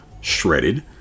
shredded